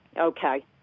Okay